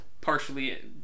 partially